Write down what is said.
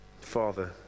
Father